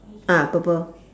ah purple